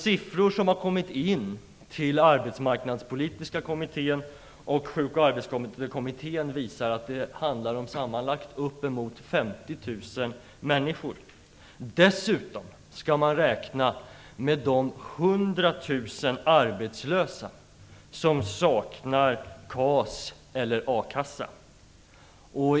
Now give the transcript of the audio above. Siffror som har kommit in till Arbetsmarknadspolitiska kommittén och Sjuk och arbetsskadekommittén visar att det handlar om sammanlagt uppemot 50 000 människor. Dessutom skall man räkna med de 100 000 arbetslösa som saknar KAS eller akassa.